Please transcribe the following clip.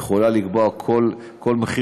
היא יכולה לקבוע כל מחיר,